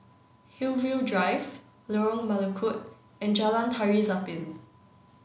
Hillview Drive Lorong Melukut and Jalan Tari Zapin